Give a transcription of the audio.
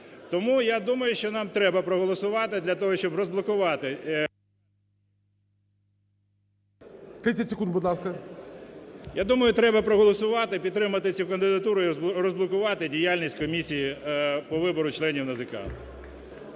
Тому, я думаю, що нам треба проголосувати для того, щоб розблокувати… ГОЛОВУЮЧИЙ. 30 секунд, будь ласка. ЧУМАК В.В. Я думаю, треба проголосувати, підтримати цю кандидатуру і розблокувати діяльність комісії по вибору членів НАЗК.